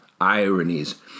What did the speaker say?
ironies